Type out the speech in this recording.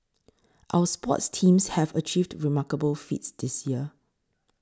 our sports teams have achieved remarkable feats this year